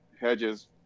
hedges